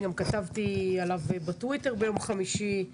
כתבתי עליו גם בטוויטר ביום חמישי.